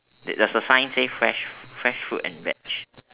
there's a sign say fresh fresh fruit and veg